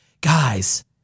guys